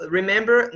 remember